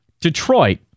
Detroit